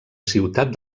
ciutat